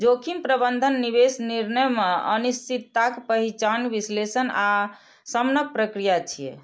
जोखिम प्रबंधन निवेश निर्णय मे अनिश्चितताक पहिचान, विश्लेषण आ शमनक प्रक्रिया छियै